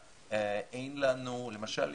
למשל,